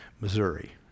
Missouri